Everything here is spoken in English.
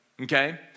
Okay